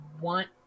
want